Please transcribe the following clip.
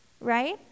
right